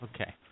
Okay